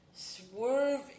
Swerve